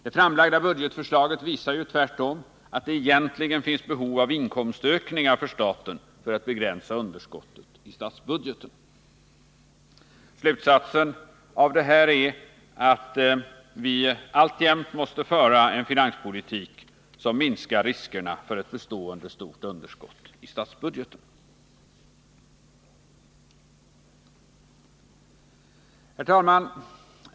Det framlagda budgetförslaget visar ju tvärtom att det egentligen finns behov av inkomstökningar för staten för att begränsa underskottet i statsbudgeten. Slutsatsen härav är att vi alltjämt måste föra en finanspolitik som minskar riskerna för ett bestående stort underskott i statsbudgeten. Herr talman!